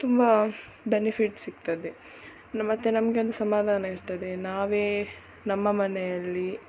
ತುಂಬ ಬೆನಿಫಿಟ್ ಸಿಗ್ತದೆ ಮತ್ತೆ ನಮ್ಗೊಂದು ಸಮಾಧಾನ ಇರ್ತದೆ ನಾವೇ ನಮ್ಮ ಮನೆಯಲ್ಲಿ